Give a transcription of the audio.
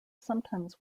sometimes